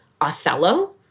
Othello